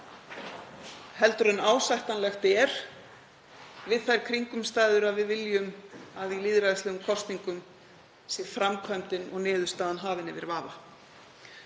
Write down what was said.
fleiri en ásættanlegt er við þær kringumstæður að við viljum að í lýðræðislegum kosningum sé framkvæmdin og niðurstaðan hafin yfir vafa.